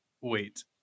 wait